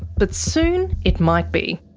but soon it might be.